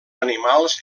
animals